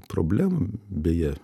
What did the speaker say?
problemų beje